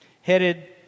headed